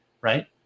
right